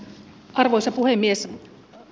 arvoisa puhemies